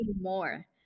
more